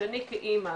שאני כאמור